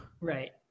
Right